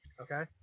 okay